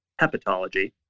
hepatology